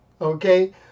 Okay